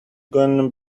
gonna